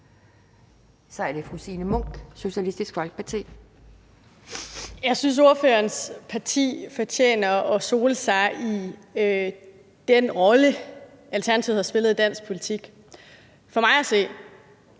Så er det fru Signe Munk, Socialistisk Folkeparti. Kl. 12:51 Signe Munk (SF): Jeg synes, at ordførerens parti fortjener at sole sig i den rolle, Alternativet har spillet i dansk politik. For mig fra et